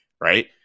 right